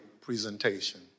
presentation